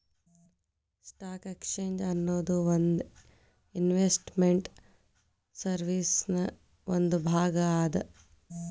stock exchange ಅನ್ನೊದು ಒಂದ್ investment ಸರ್ವೇಸಿನ್ ಒಂದ್ ಭಾಗ ಅದ